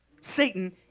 Satan